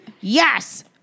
Yes